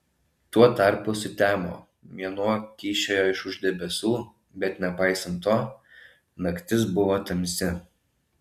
tuo tarpu sutemo mėnuo kyščiojo iš už debesų bet nepaisant to naktis buvo tamsi